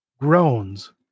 groans